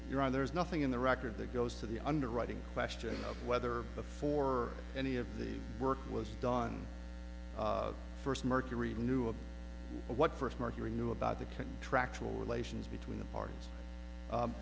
you're on there's nothing in the record that goes to the underwriting question of whether before any of the work was done first mercury knew of what first mercury knew about the contractual relations between the parties